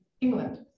England